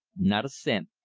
not a cent.